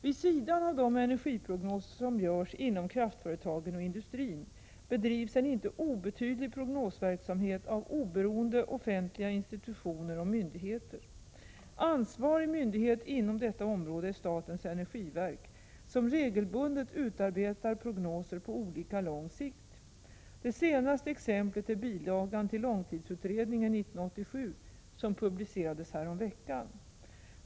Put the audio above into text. Vid sidan av de energiprognoser som görs inom kraftföretagen och industrin bedrivs en inte obetydlig prognosverksamhet av oberoende offentliga institutioner och myndigheter. Ansvarig myndighet inom detta område är statens energiverk, som regelbundet utarbetar prognoser på olika lång sikt. Det senaste exemplet är bilagan till långtidsutredningen 1987, som publicerades häromveckan.